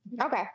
okay